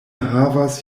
havas